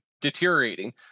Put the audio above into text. deteriorating